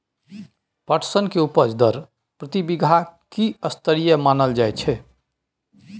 पटसन के उपज दर प्रति बीघा की स्तरीय मानल जायत छै?